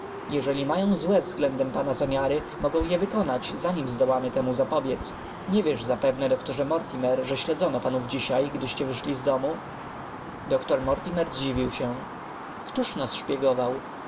jeżeli mają złe względem pana zamiary mogą je wykonać zanim zdołamy temu zapobiedz nie wiesz zapewne doktorze mortimer że śledzono panów dzisiaj gdyście wyszli z domu doktor mortimer zdziwił się któż nas szpiegował